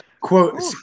Quote